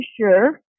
sure